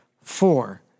Four